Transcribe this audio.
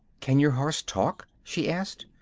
can your horse talk? she asked.